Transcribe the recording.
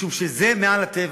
משום שזה מעל הטבע.